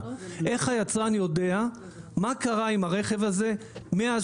איך היצרן יודע מה קרה עם הרכב הזה מאז